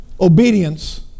Obedience